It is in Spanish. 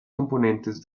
componentes